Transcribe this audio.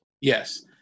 Yes